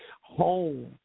Home